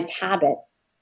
habits